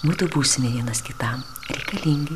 mudu būsime vienas kitam reikalingi